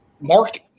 Mark